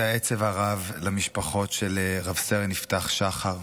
העצב הרב למשפחות של רב-סרן יפתח שחר,